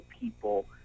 people